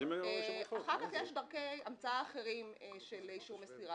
אחר כך יש דרכי המצאה אחרים של אישור מסירה.